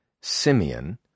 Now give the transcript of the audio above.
Simeon